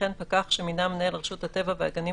וכן פקח שמינה מנהל רשות הטבע והגנים